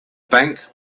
bank